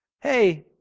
Hey